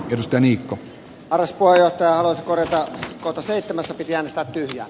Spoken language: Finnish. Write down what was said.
jos te niikko kasvoi ja odottaa mutta se että sopivia tyhjiä